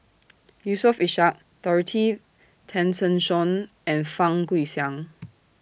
Yusof Ishak Dorothy Tessensohn and Fang Guixiang